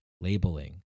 labeling